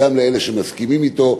גם לאלה שמסכימים אתו,